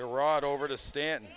iran over to stand